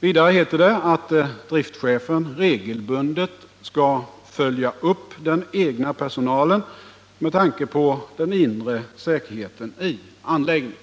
Vidare heter det att driftschefen regelbundet skall följa upp den egna personalen med tanke på den inre säkerheten i anläggningen.